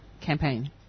campaign